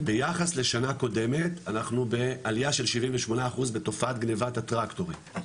ביחס לשנה קודמת אנחנו בעלייה של 78% בתופעת גניבת הטרקטורים,